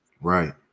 Right